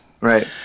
right